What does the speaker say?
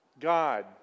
God